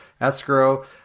escrow